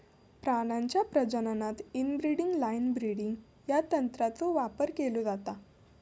प्राण्यांच्या प्रजननात inbreeding line breeding या तंत्राचो वापर केलो जाता